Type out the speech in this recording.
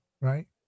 right